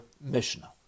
Mishnah